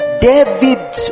David